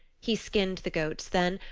he skinned the goats then,